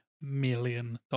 million